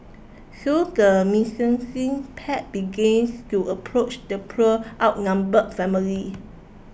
soon the menacing pack begins to approach the poor outnumbered family